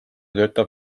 töötab